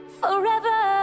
forever